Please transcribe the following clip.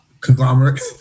conglomerate